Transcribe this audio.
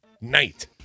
night